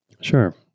Sure